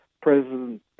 President